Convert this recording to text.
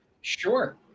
Sure